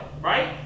Right